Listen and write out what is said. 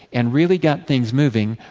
and really got things moving,